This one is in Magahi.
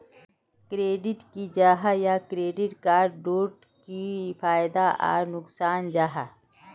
क्रेडिट की जाहा या क्रेडिट कार्ड डोट की फायदा आर नुकसान जाहा?